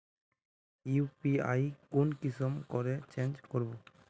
UPI PIN कुंसम करे change करबो?